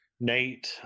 Nate